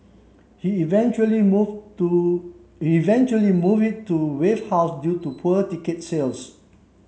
he eventually move to eventually move it to Wave House due to poor ticket sales